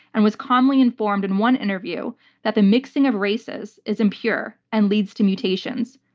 and was commonly informed in one interview that the mixing of races is impure and leads to mutations.